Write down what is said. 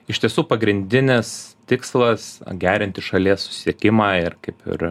iš tiesų pagrindinis tikslas gerinti šalies susisiekimą ir kaip ir